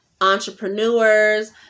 entrepreneurs